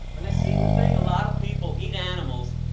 and they seem to think a lot of people eat animals,